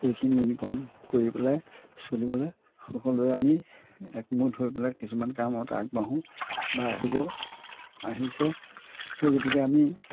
এইখিনি ইনকম কৰি পেলাই চলিবলৈ সকলোৱে আমি একমত হৈ পেলাই কিছুমান কামত আগবাঢ়োঁ বা আহিব আহিছে সেই গতিকে আমি